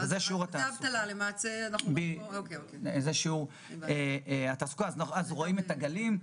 הקו השני הוא שיעור התעסוקה, שבו רואים את הגלים.